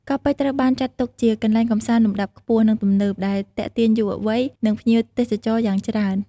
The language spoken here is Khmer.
កោះពេជ្រត្រូវបានចាត់ទុកជាកន្លែងកម្សាន្តលំដាប់ខ្ពស់ និងទំនើប ដែលទាក់ទាញយុវវ័យ និងភ្ញៀវទេសចរយ៉ាងច្រើន។